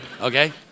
okay